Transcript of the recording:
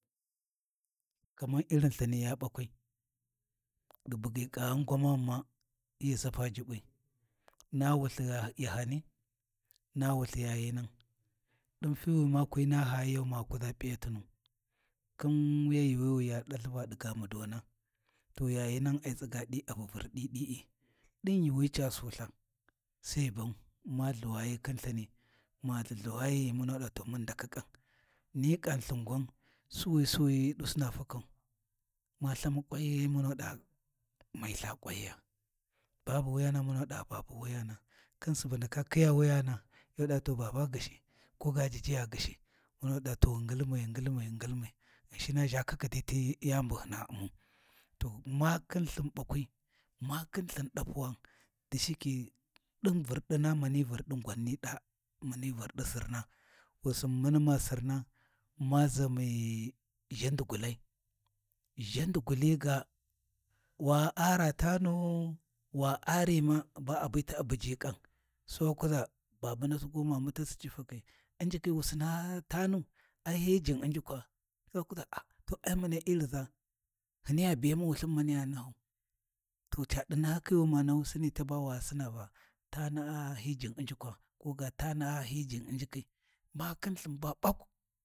Kaman Irin lthini ya bakwi, ɗi bugyi ƙaghum gwamanima hyi sapa Jubbi, na wulthi yahani, na wulthi yayinan ɗin fiwi ma kwi nahayiyau ma kuʒa P’iyatunu, khin wuya yuuwi wi ya dalthi, va ɗi gamudona to yayina ai tsiga ɗi’i a vavurdi di’i, ɗin yuuwi ca sultha sai ghu ban, ma lhuwayi khin lthini, ma lhulhuwayi muna ɗa to mun ghi ndaki kam. Ni ƙam lthin gwan Suwi suwiyi ɗusina fakau, ma lthamu kwanyi ghe, munu da me ltha kwanya Babu wuyana muna daa babu wuyana khin Subu ndaka khiya wuyana, yu ɗa to baba gyishi koga JiJiya gyishi, munada to ghi ngilmi ghi ngilmi ghi ngilmi, Ghinshina ʒha khikhidi ti yani bu hyina U’mau, to ma khin lthin ɓakwi, ma khin lthin ɗapuwa, da shike ɗin vurdina mani vurɗi gwan ni ɗa, mani vurdi sirna, wusin mani ma Sirna ma ʒami ʒhadi gulai, ʒandi guli ga wa ara tanu wa arima ba abiti a buji kam sai wa kuʒa babunasi ko mamutasi ci fakhi U'njikhi wu Sina tanu ai hi jin U'njukwa Sai wa kuʒa a to ai muna Iriʒa, hiniya biyamu Wulthin maniya nahau, to ca di nahakhi wi ma nahusini taba wa Sin Va tana’a hi jin u'njukwa tana’a hi jin U'njikhi ma khin lthin ba ɓak.